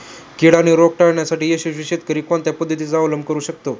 कीड आणि रोग टाळण्यासाठी यशस्वी शेतकरी कोणत्या पद्धतींचा अवलंब करू शकतो?